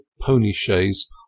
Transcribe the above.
pony-chaise